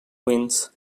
wins